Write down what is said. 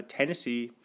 Tennessee